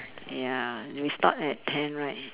ya we start at ten right